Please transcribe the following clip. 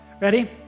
Ready